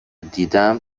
دیدم